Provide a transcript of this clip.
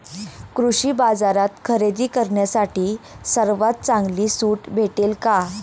कृषी बाजारात खरेदी करण्यासाठी सर्वात चांगली सूट भेटेल का?